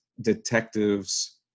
detectives